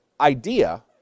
idea